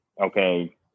okay